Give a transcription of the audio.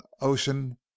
ocean